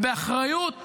ובאחריות פיסקלית.